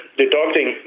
deducting